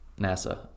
nasa